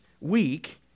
week